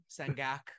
sangak